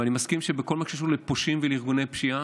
ואני מסכים שבכל מה שקשור לפושעים ולארגוני פשיעה,